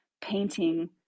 painting